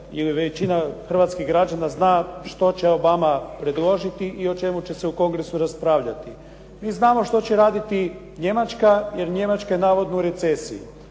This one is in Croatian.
ili većina hrvatskih građana zna što će Obama predložiti i o čemu će se u Kongresu raspravljati. Mi znamo što će raditi Njemačka jer Njemačka je navodno u recesiji.